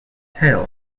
tail